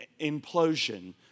implosion